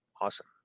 awesome